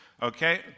Okay